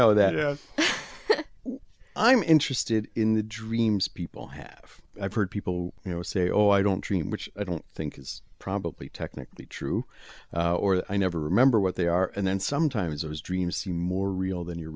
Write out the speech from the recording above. know that i'm interested in the dreams people have i've heard people you know say oh i don't dream which i don't think is probably technically true or that i never remember what they are and then sometimes those dreams seem more real than your